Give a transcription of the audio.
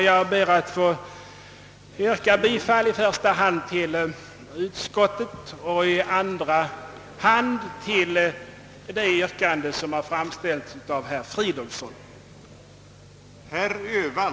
Jag ber att få yrka bifall i första hand till utskottets förslag och i andra hand till det yrkande som har framställts av herr Fridolfsson.